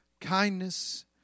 kindness